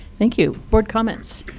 thank you. board comments?